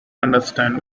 understand